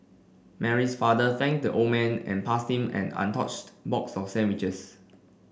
Mary's father thanked the old man and passed him an untouched box of sandwiches